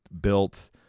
built